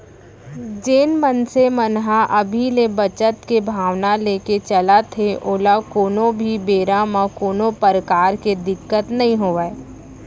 जेन मनसे मन ह अभी ले बचत के भावना लेके चलथे ओला कोनो भी बेरा म कोनो परकार के दिक्कत नइ होवय